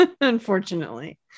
Unfortunately